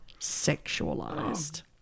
sexualized